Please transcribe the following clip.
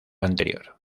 anterior